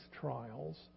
trials